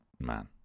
man